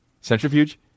Centrifuge